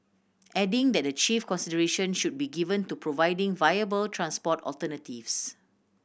adding that the chief consideration should be given to providing viable transport alternatives